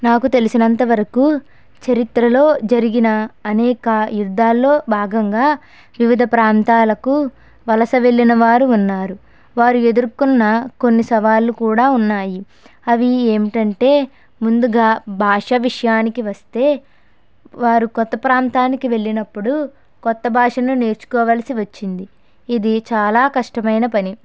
నాకు తెలిసినంతవరకు చరిత్రలో జరిగిన అనేక యుద్ధాల్లో భాగంగా వివిధ ప్రాంతాలకు వలస వెళ్ళిన వారు ఉన్నారు వారు ఎదుర్కొన్న కొన్ని సవాళ్ళు కూడా ఉన్నాయి అవి ఏమిటంటే ముందుగా భాషా విషయానికి వస్తే వారు కొత్త ప్రాంతానికి వెళ్ళినప్పుడు కొత్త భాషను నేర్చుకోవాల్సి వచ్చింది ఇది చాలా కష్టమైన పని